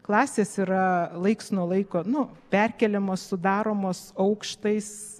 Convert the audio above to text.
klasės yra laiks nuo laiko nu perkeliamos sudaromos aukštais